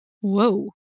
Whoa